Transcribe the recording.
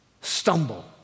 stumble